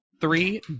three